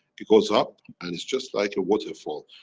it goes up, and it's just like a waterfall,